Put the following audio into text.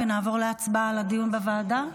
ונעבור להצבעה על דיון בוועדה?